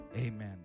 Amen